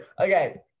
okay